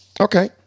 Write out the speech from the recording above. Okay